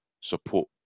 support